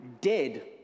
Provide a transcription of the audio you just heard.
dead